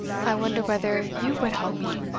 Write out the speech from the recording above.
i wonder whether you would help me?